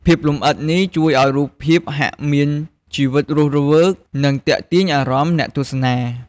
ភាពលម្អិតនេះជួយឱ្យរូបភាពហាកមានជីវិតរស់រវើក និងទាក់ទាញអារម្មណ៍អ្នកទស្សនា ។